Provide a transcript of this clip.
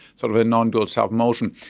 sort of a non-dual self motion.